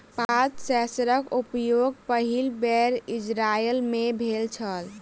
पात सेंसरक प्रयोग पहिल बेर इजरायल मे भेल छल